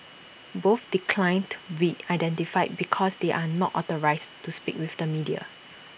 both declined to be identified because they are not authorised to speak with the media